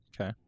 Okay